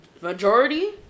majority